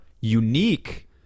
unique